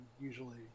usually